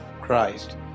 Christ